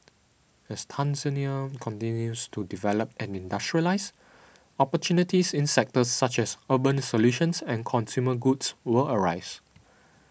as Tanzania continues to develop and industrialise opportunities in sectors such as urban solutions and consumer goods will arise